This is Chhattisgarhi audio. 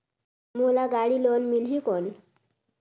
मोला गाड़ी लोन मिलही कौन?